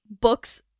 books